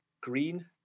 green